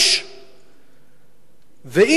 ואם שר השיכון ושר הפנים חושבים